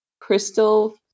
crystal